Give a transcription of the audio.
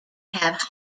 have